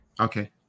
Okay